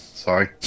Sorry